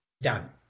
Done